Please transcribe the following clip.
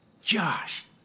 Josh